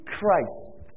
Christ